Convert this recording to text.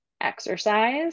exercise